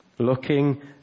Looking